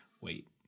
Wait